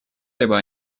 либо